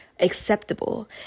acceptable